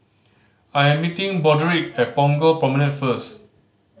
I'm meeting Broderick at Punggol Promenade first